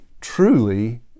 truly